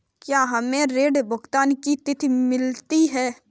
क्या हमें ऋण भुगतान की तिथि मिलती है?